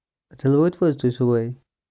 اچھا وٲتوٕ حظ تُہۍ صبحٲے